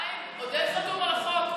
חיים, עודד חתום על החוק.